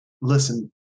listen